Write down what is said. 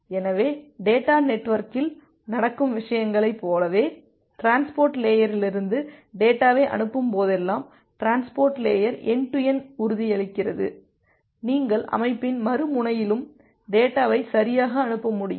எனவே டேட்டா நெட்வொர்க்கில் நடக்கும் விஷயங்களைப் போலவே டிரான்ஸ்போர்ட் லேயரிலிருந்து டேட்டாவை அனுப்பும்போதெல்லாம் transport layer end to end உறுதியளிக்கிறது நீங்கள் அமைப்பின் மறுமுனையிலும் டேட்டாவை சரியாக அனுப்ப முடியும்